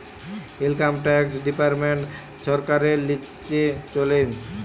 income tax department ছরকারের লিচে চলে